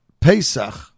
Pesach